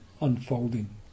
unfolding